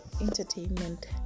entertainment